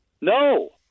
No